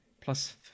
plus